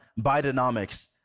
Bidenomics